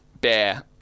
Bear